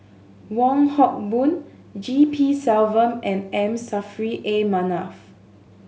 Wong Hock Boon G P Selvam and M Saffri A Manaf